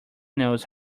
knows